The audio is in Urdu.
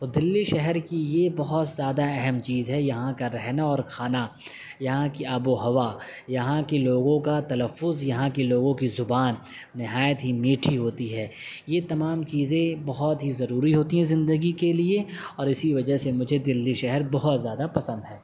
اور دلی شہر کی یہ بہت زیادہ اہم چیز ہے یہاں کا رہنا اور کھانا یہاں کی آب و ہوا یہاں کے لوگوں کا تلفظ یہاں کے لوگوں کی زبان نہایت ہی میٹھی ہوتی ہے یہ تمام چیزیں بہت ہی ضروری ہوتی ہیں زندگی کے لیے اور اسی وجہ سے مجھے دلی شہر بہت زیادہ پسند ہے